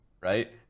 right